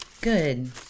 good